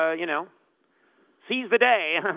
ah you know seize the day,